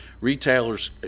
retailers